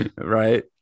right